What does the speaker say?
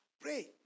Pray